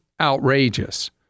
outrageous